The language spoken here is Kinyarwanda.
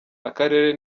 akarere